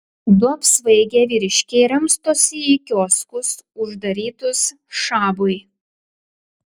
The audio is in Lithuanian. du apsvaigę vyriškiai ramstosi į kioskus uždarytus šabui